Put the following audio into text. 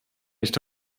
nicht